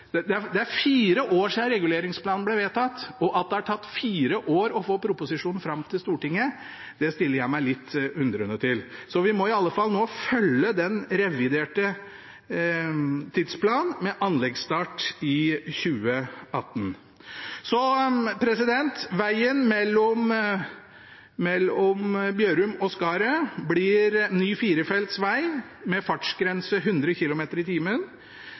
har tatt fire år å få proposisjonen fram til Stortinget, stiller jeg meg litt undrende til. Vi må i alle fall følge den reviderte tidsplanen, med anleggsstart i 2018. Vegen mellom Bjørum og Skaret blir ny firefelts veg med fartsgrense 100 km/t.